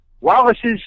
Wallace's